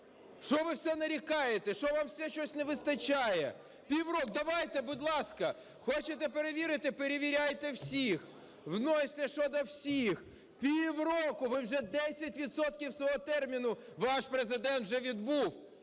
Що ви все нарікаєте? Що вам все щось не вистачає? Півроку. Давайте, будь ласка, хочете перевірити - перевіряйте всіх, вносьте щодо всіх. Півроку ви вже, 10 відсотків свого терміну ваш Президент вже відбув.